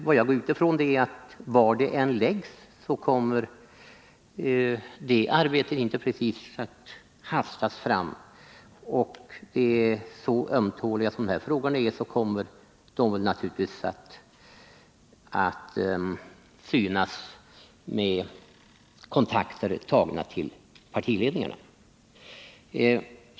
Jag utgår ifrån att var denna uppgift än läggs kommer en lösning inte precis att hastas fram. Så ömtålig Nr 115 som denna fråga är kommer den naturligtvis att behandlas efter kontakter Onsdagen den med partiledningarna.